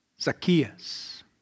Zacchaeus